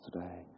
today